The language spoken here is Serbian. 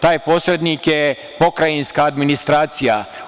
Taj posrednik je pokrajinska administracija.